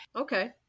Okay